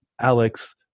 Alex